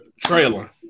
trailer